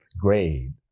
grade